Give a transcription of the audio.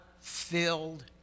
filled